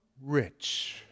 rich